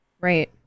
Right